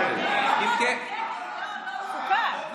לא, לא, חוקה.